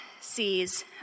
sees